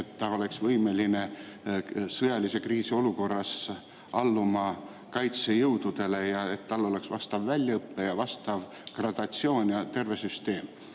et ta oleks võimeline sõjalise kriisi olukorras alluma kaitsejõududele ja et tal oleks vastav väljaõpe ja vastav gradatsioon ja terve süsteem.